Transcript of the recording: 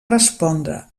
respondre